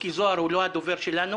מיקי זוהר הוא לא הדובר שלנו.